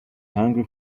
hungry